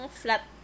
flat